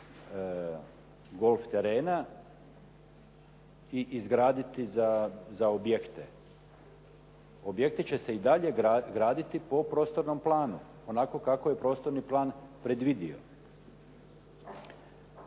i izgraditi za objekte. Objekti će se i dalje graditi po prostornom planu. Onako kako je prostorni plan predvidio.